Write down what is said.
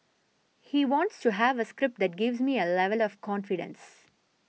he wants to have a script that gives me a level of confidence